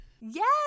yes